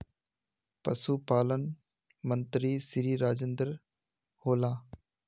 पशुपालन मंत्री श्री राजेन्द्र होला?